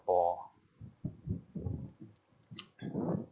pore